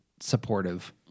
supportive